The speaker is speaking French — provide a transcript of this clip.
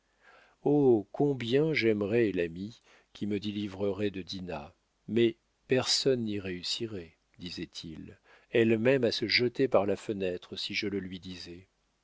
combien j'aimerais l'ami qui me délivrerait de dinah mais personne n'y réussirait disait-il elle m'aime à se jeter par la fenêtre si je le lui disais